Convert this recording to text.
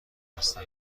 هستم